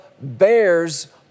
bears